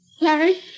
Larry